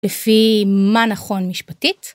לפי מה נכון משפטית.